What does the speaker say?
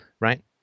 right